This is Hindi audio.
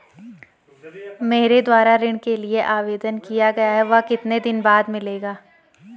मेरे द्वारा ऋण के लिए आवेदन किया गया है वह कितने दिन बाद मिलेगा?